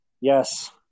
yes